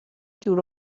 دور